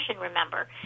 remember